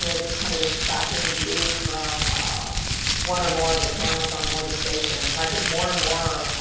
you know just kind of this tracking view from ah one or more of the cameras on board the station. and i think more and more,